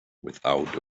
without